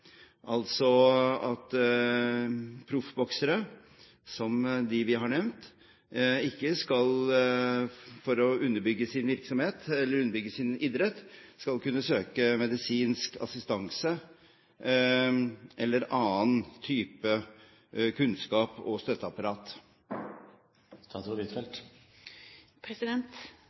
altså at proffboksere, som dem vi har nevnt, for å underbygge sin idrett ikke skal kunne søke medisinsk assistanse eller annen type kunnskap og støtteapparat.